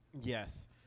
Yes